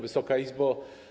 Wysoka Izbo!